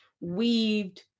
weaved